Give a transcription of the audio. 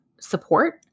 support